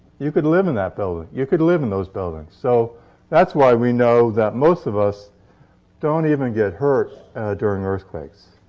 you could live in that building. you could live in those buildings. so that's why we know that most of us don't even get hurt during earthquakes.